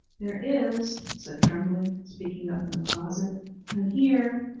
there is, said trembling, speaking up in the closet i'm here.